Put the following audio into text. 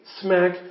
smack